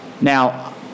Now